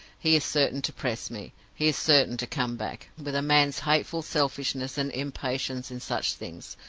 he is certain to press me he is certain to come back, with a man's hateful selfishness and impatience in such things,